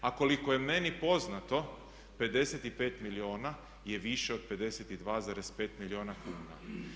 A koliko je meni poznato 55 milijuna je više od 52,5 milijuna kuna.